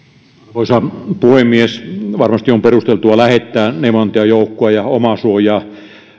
arvoisa puhemies varmasti on perusteltua lähettää neuvonantajajoukkoja ja omasuojaa